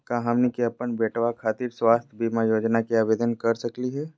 का हमनी के अपन बेटवा खातिर स्वास्थ्य बीमा योजना के आवेदन करे सकली हे?